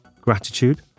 Gratitude